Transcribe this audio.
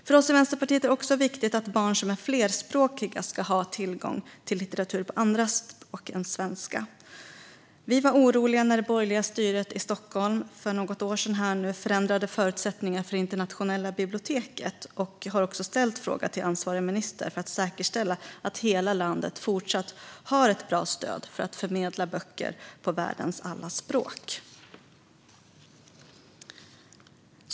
För oss i Vänsterpartiet är det också viktigt att barn som är flerspråkiga ska ha tillgång till litteratur på andra språk än svenska. Vi var oroliga när det borgerliga styret i Stockholm för något år sedan förändrade förutsättningarna för Internationella biblioteket, och vi har ställt en fråga till ansvarig minister för att säkerställa att hela landet fortsatt har ett bra stöd när det gäller att förmedla böcker på världens alla språk.